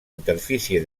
interfície